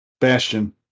bastion